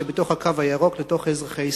שבתוך "הקו הירוק" לתוך אזרחי ישראל.